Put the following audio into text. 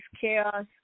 chaos